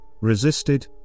resisted